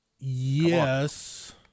Yes